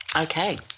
Okay